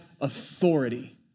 authority